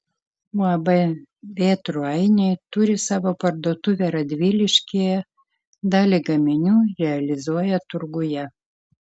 uab vėtrų ainiai turi savo parduotuvę radviliškyje dalį gaminių realizuoja turguje